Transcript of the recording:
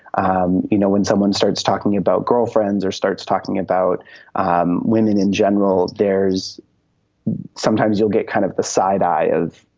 um you know, when someone starts talking about girlfriends or starts talking about um women in general, there's sometimes you'll get kind of the side eye of,